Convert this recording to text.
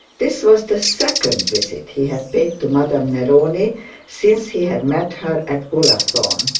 this was the second visit he had paid to madame neroni since he had met her at ullathorne.